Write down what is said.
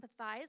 empathize